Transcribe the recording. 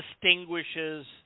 distinguishes